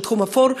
שהוא תחום אפור.